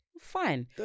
fine